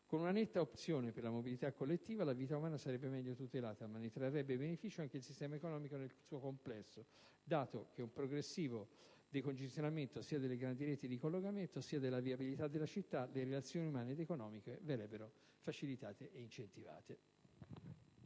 Con una netta opzione per la mobilità collettiva, la vita umana sarebbe meglio tutelata, ma ne trarrebbe beneficio anche il sistema economico nel suo complesso, dato che con un progressivo decongestionamento sia delle grandi reti di collegamento sia della viabilità della città le relazioni umane ed economiche verrebbero facilitate e incentivate.